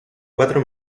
cuatro